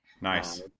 Nice